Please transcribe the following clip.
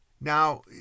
Now